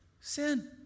sin